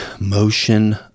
motion